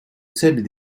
celles